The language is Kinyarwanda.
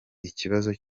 ikibazo